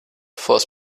force